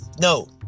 no